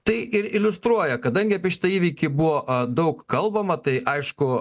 tai ir iliustruoja kadangi apie šitą įvykį buvo a daug kalbama tai aišku